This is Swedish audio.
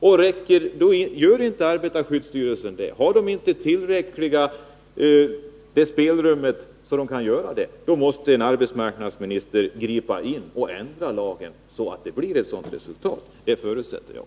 Om inte arbetarskyddsstyrelsen anser sig ha tillräckligt spelrum att göra det, måste arbetsmarknadsministern gripa in och ändra lagen så att det blir det resultat jag här åsyftat — det förutsätter jag.